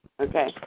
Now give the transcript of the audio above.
Okay